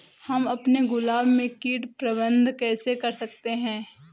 हम अपने गुलाब में कीट प्रबंधन कैसे कर सकते है?